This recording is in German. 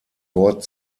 wort